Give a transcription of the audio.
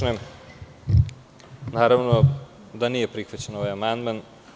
Naravno da nije prihvaćen ovaj amandman.